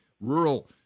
rural